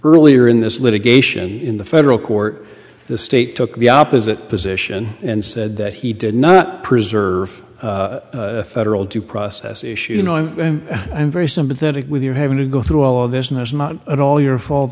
earlier in this litigation in the federal court the state took the opposite position and said that he did not preserve federal due process issue you know i'm i'm very sympathetic with your having to go through all this and it's not at all your fault